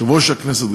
יושב-ראש הכנסת,